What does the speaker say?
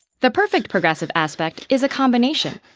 the perfect progressive aspect is a combination,